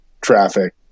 traffic